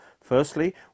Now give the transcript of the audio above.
firstly